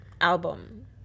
album